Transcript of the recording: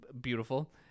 beautiful